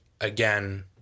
again